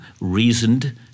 reasoned